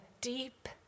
deep